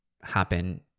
happen